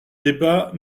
débat